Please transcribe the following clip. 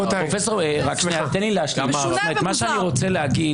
משונה ומוזר.